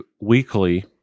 weekly